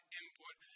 input